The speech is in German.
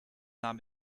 nahm